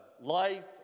life